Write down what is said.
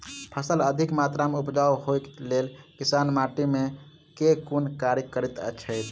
फसल अधिक मात्रा मे उपजाउ होइक लेल किसान माटि मे केँ कुन कार्य करैत छैथ?